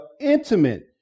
intimate